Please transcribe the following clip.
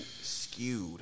skewed